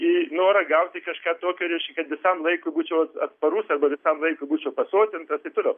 į norą gauti kažką tokio reiškia kad visam laikui būčiau at atsparus arba visam laikui būčiau pasotintas taip toliau